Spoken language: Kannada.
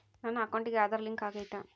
ನನ್ನ ಅಕೌಂಟಿಗೆ ಆಧಾರ್ ಲಿಂಕ್ ಆಗೈತಾ?